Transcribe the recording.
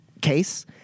case